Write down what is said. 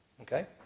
Okay